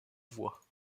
voix